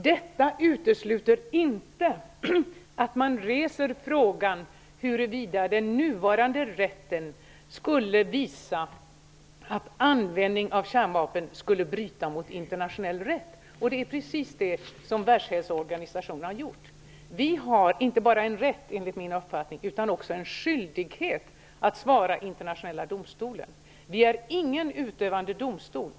Detta utesluter inte att man reser frågan huruvida den nuvarande rätten skulle visa att användning av kärnvapen skulle bryta mot internationell rätt. Det är precis det som Världshälsoorganisationen har gjort. Vi har enligt min uppfattning inte bara en rätt utan också en skyldighet att svara Internationella domstolen. Riksdagen är inte någon utövande domstol.